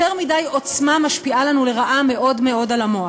יותר מדי עוצמה משפיעה לנו לרעה מאוד מאוד על המוח.